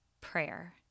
prayer